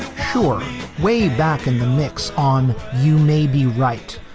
sure way back in the mix on you may be right.